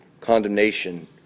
condemnation